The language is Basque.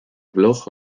blog